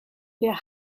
der